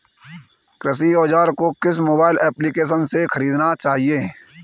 कृषि औज़ार को किस मोबाइल एप्पलीकेशन से ख़रीदना चाहिए?